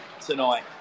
tonight